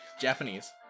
Japanese